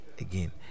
again